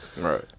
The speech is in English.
right